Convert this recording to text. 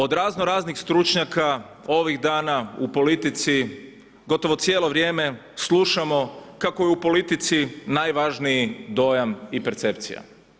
Od razno raznih stručnjaka ovih dana u politici, gotovo cijelo vrijeme slušamo kako je u politici najvažniji dojam i percepcija.